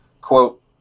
Quote